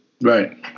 Right